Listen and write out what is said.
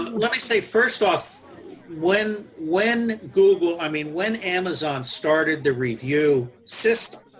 let me say first off when when google, i mean when amazon started the review system,